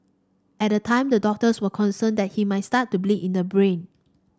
at the time the doctors were concerned that he might start to bleed in the brain